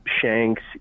Shanks